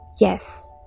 Yes